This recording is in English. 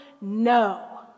no